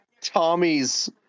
Tommy's